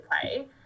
play